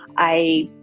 i,